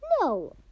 No